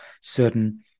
certain